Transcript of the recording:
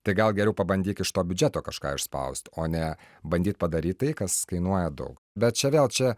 tai gal geriau pabandyk iš to biudžeto kažką išspaust o ne bandyt padaryt tai kas kainuoja daug bet čia vėl čia